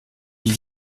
ils